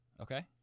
okay